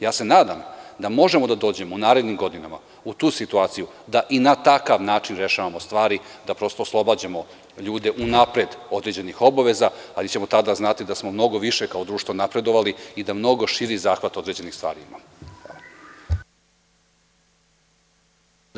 Ja se nadam da možemo da dođemo u narednim godinama u tu situaciju da i na takav način rešavamo stvari, da prosto oslobađamo ljude unapred određenih obaveza, ali ćemo tada znati da smo mnogo više kao društvo napredovali i da mnogo širi zahvat određenih stvari ima.